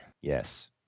Yes